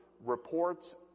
reports